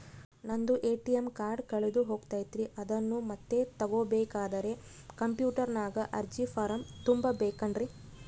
ನಂದು ATM card ಕಳೆದು ಹೋಗೈತ್ರಿ ಅದನ್ನು ಮತ್ತೆ ತಗೋಬೇಕಾದರೆ ಕಂಪ್ಯೂಟರ್ ನಾಗ ಅರ್ಜಿ ಫಾರಂ ತುಂಬಬೇಕನ್ರಿ?